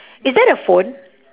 is that a phone